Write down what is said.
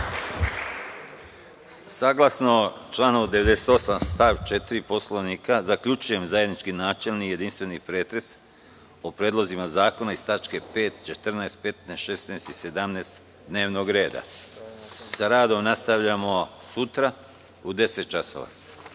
Saglasno članu 98. stav 4. Poslovnika, zaključujem zajednički načelni i jedinstveni pretres o predlozima zakona iz tačke 5, 14, 15, 16. i 17. dnevnog reda. Sa radom nastavljamo sutra u 10,00